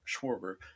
Schwarber